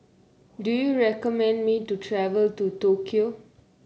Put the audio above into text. do you recommend me to travel to Tokyo